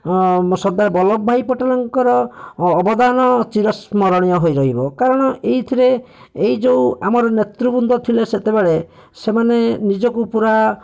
ସର୍ଦ୍ଦାର ବଲ୍ଲଭଭାଇ ପଟେଲଙ୍କର ଅବଦାନ ଚିରସ୍ମରଣୀୟ ହୋଇ ରହିବ କାରଣ ଏହିଥିରେ ଏହି ଯେଉଁ ଆମର ନେତୃବୃନ୍ଦ ଥିଲେ ସେତେବେଳେ ସେମାନେ ନିଜକୁ ପୁରା